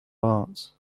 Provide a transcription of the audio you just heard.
arts